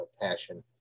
passion